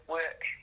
work